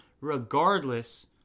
regardless